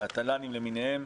התל"נים למינהם.